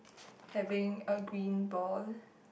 having a green ball